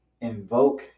invoke